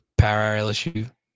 Powerlsu